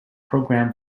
program